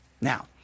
Now